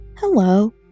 Hello